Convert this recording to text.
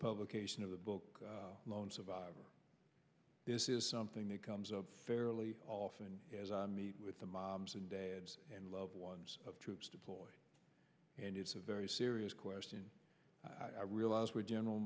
publication of the book lone survivor this is something that comes up fairly often as i meet with the moms and dads and loved ones of troops deployed and it's a very serious question i realize where general